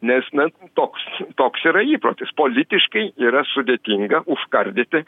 nes na toks toks yra įprotis politiškai yra sudėtinga užkardyti